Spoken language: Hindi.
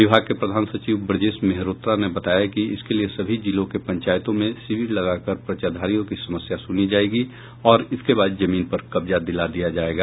विभाग के प्रधान सचिव ब्रजेश मेहरोत्रा ने बताया कि इसके लिये सभी जिलों के पंचायतों में शिविर लगाकर पर्चाधारियों की समस्या सुनी जायेगी और इसके बाद जमीन पर कब्जा दिला दिया जायेगा